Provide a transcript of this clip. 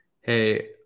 hey